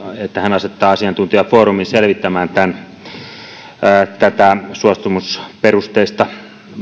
että hän asettaa asiantuntijafoorumin selvittämään tätä suostumusperusteista